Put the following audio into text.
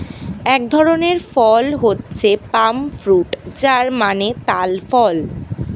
এক ধরনের ফল হচ্ছে পাম ফ্রুট যার মানে তাল ফল